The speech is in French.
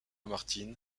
martin